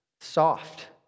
soft